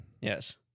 Yes